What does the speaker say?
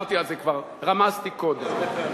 דיברתי על זה כבר, רמזתי קודם.